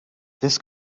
this